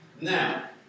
Now